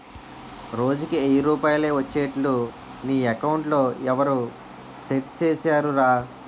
రోజుకి ఎయ్యి రూపాయలే ఒచ్చేట్లు నీ అకౌంట్లో ఎవరూ సెట్ సేసిసేరురా